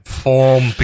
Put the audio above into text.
form